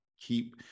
keep